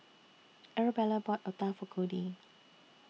Arabella bought Otah For Cody